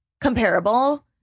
comparable